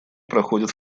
проходят